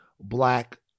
Black